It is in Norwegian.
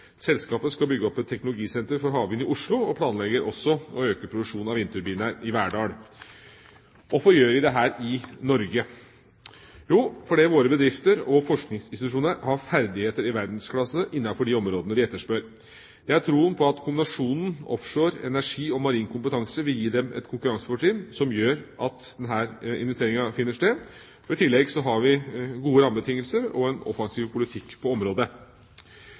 Selskapet skal bygge opp et teknologisenter for havvind i Oslo og planlegger også å øke produksjonen av vindturbiner i Verdal. Hvorfor gjør de dette i Norge? Jo, fordi våre bedrifter og forskningsinstitusjoner har ferdigheter i verdensklasse innenfor de områdene man etterspør. Det er troen på at kombinasjonen offshore- og energikompetanse og marin kompetanse vil gi dem et konkurransefortrinn som gjør at denne investeringen finner sted. I tillegg har vi gode rammebetingelser og en offensiv politikk på området.